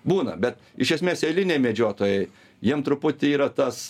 būna bet iš esmės eiliniai medžiotojai jiem truputį yra tas